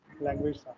language